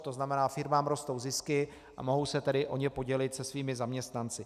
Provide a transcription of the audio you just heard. To znamená, firmám rostou zisky, a mohou se tedy o ně podělit se svými zaměstnanci.